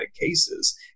cases